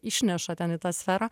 išneša ten į tą sferą